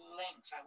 length